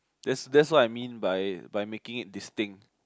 that's that's what I mean by by making it distinct